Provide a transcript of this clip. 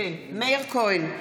(קוראת בשמות חברי הכנסת) מאיר כהן,